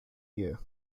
year